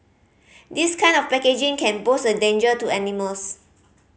this kind of packaging can pose a danger to animals